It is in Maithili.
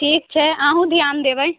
ठीक छै अहुँ ध्यान देबै